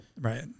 Right